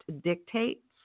dictates